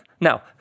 Now